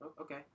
Okay